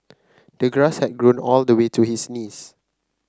the grass had grown all the way to his knees